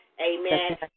amen